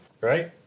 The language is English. Right